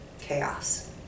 chaos